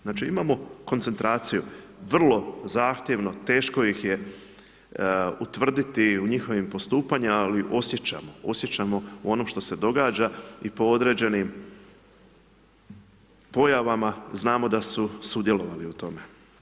Znači imamo koncentraciju, vrlo zahtjevno, teško ih je utvrditi u njihovim postupanja, ali osjećam ono što se događa i po određenim pojavama, znamo da su sudjelovali u tome.